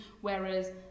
Whereas